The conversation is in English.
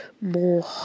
more